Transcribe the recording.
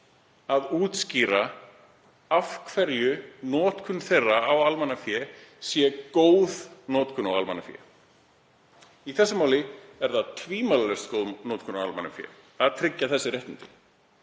að útskýra af hverju notkun þess á almannafé sé góð notkun á almannafé. Í þessu máli er það tvímælalaust góð notkun á almannafé að tryggja þessi réttindi.